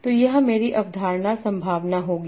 तो यह मेरी अवधारणा संभावना होगी